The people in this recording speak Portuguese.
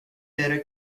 era